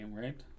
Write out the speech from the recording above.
right